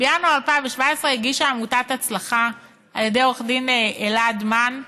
בינואר 2017 הגישה עמותת הצלחה על ידי עורך דין אלעד מן,